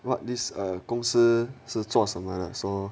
what this err 公司是做什么的 so